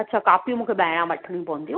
अच्छा कॉपियूं मूंखे ॿाहिरां वठणियूं पवंदियूं